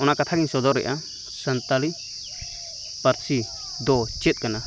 ᱚᱱᱟ ᱠᱟᱛᱷᱟ ᱜᱮᱧ ᱥᱚᱫᱚᱨᱮᱜᱼᱟ ᱥᱟᱱᱛᱟᱲᱤ ᱯᱟᱹᱨᱥᱤ ᱫᱚ ᱪᱮᱫ ᱠᱟᱱᱟ